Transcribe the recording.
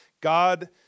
God